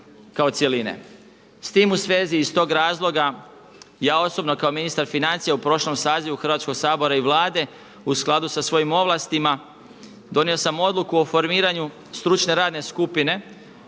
S time u svezi, i iz tog razloga ja osobno kao ministar financija u prošlom sazivu Hrvatskoga saziva i Vlade, u skladu sa svojim ovlastima, donio sam odluku o formiranju stručne radne skupine